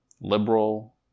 liberal